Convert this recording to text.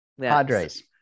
padres